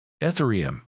Ethereum